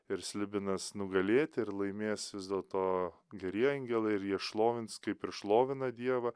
ir slibinas nugalėti ir laimės vis dėlto gerie angelai ir jie šlovins kaip ir šlovina dievą